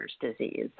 disease